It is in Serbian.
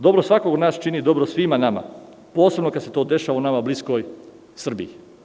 Dobro svakog od nas čini dobro svima nama, posebno kada se to dešava u nama u bliskoj Srbiji.